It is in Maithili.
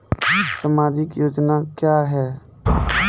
समाजिक योजना क्या हैं?